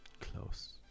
Close